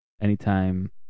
anytime